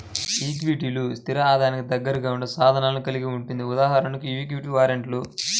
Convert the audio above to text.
ఈక్విటీలు, స్థిర ఆదాయానికి దగ్గరగా ఉండే సాధనాలను కలిగి ఉంటుంది.ఉదాహరణకు ఈక్విటీ వారెంట్లు